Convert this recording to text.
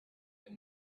but